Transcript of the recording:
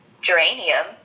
geranium